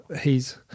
he's-